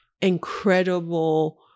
incredible